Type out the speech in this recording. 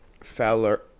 feller